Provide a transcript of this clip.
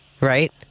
right